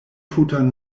tutan